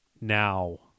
now